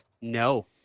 no